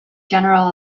general